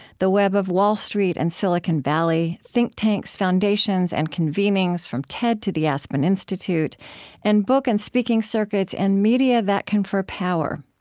the web of wall street and silicon valley think tanks, foundations, and convenings from ted to the aspen institute and book and speaking circuits and media that confer power.